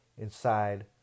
Inside